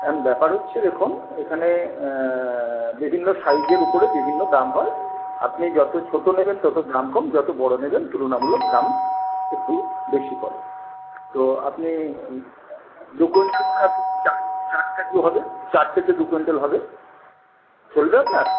এখন ব্যাপার হচ্ছে দেখুন এইখানে বিভিন্ন সাইজের ওপরে বিভিন্ন দাম হয় আপনি যত ছোটো নেবেন তত দাম কম যত বড় নেবেন তুলনামূলক দাম একটু বেশি পড়ে তো আপনি দু কুইন্টাল চার টার হবে চার থেকে দু কুইন্টাল হবে চলবে আপনার